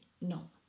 No